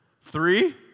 Three